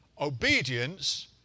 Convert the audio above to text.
obedience